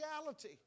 reality